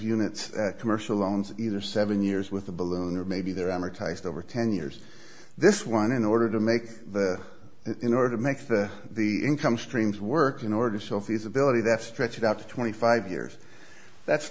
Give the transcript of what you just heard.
units commercial loans either seven years with a balloon or maybe they're amortized over ten years this one in order to make the in order to make the the income streams work in order to sell feasibility that stretch it out to twenty five years that's